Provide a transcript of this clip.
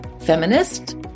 feminist